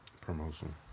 Promotion